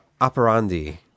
operandi